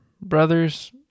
Brothers